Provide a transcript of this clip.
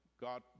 God